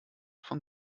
von